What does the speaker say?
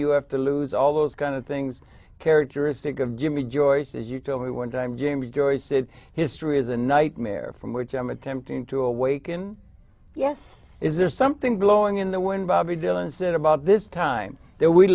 you have to lose all those d kind of things characteristic of jimmy joyce as you told me one time james joyce said history is a nightmare from which i'm attempting to awaken yes is there something blowing in the when bobby dylan set about this time that we